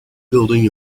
building